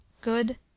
GOOD